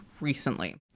recently